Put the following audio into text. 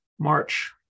march